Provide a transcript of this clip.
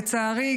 לצערי,